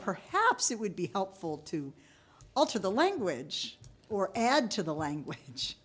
perhaps it would be helpful to alter the language or add to the language